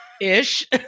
Ish